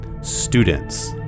students